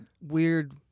weird